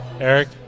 Eric